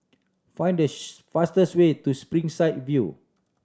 find the fastest way to Springside View